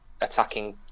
Attacking